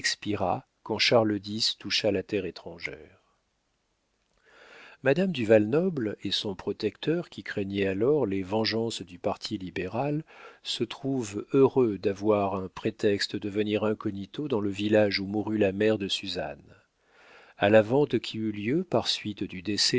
quand charles x toucha la terre étrangère madame du valnoble et son protecteur qui craignait alors les vengeances du parti libéral se trouvèrent heureux d'avoir un prétexte de venir incognito dans le village où mourut la mère de suzanne a la vente qui eut lieu par suite du